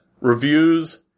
reviews